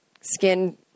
skin